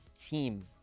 team